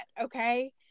okay